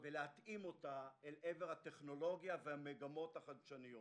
ולהתאימה לעבר הטכנולוגיה והמגמות החדשניות.